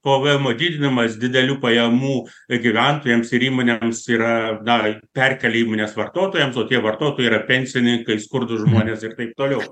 pėvėemo didinamas didelių pajamų gyventojams ir įmonėms yra dar perkelia įmonės vartotojams o tie vartotojai yra pensininkai skurdūs žmonės ir taip toliau